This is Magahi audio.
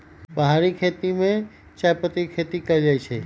पहारि खेती में चायपत्ती के खेती कएल जाइ छै